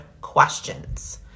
questions